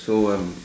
so I'm not